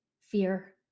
fear